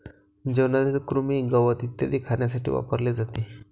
जेवणातील कृमी, गवत इत्यादी खाण्यासाठी वापरले जाते